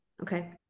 Okay